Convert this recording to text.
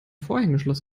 vorhängeschloss